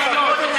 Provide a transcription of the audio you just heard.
אז תדבר.